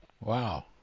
Wow